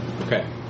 okay